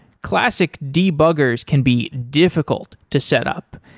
classic debuggers can be difficult to set up.